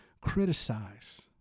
criticize